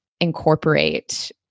incorporate